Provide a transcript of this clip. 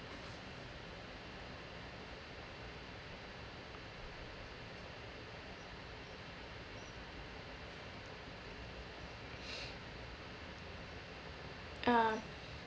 uh